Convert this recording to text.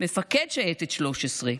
מפקד שייטת 13,